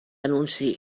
anunci